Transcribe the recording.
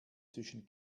zwischen